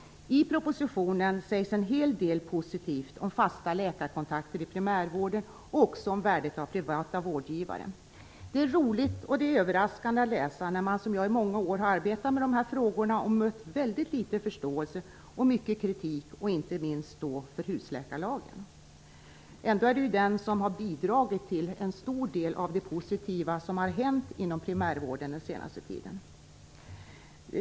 I propositionen sägs en hel del positivt om fasta läkarkontakter i primärvården och om värdet av privata vårdgivare. Det är roligt och överraskande att läsa när man som jag i många år arbetat med dessa frågor och mött väldigt lite förståelse och mycket kritik, inte minst för husläkarlagen. Det är ju den som har bidragit till en stor del av det positiva som hänt inom primärvården under den senaste tiden.